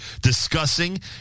discussing